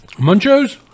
Munchos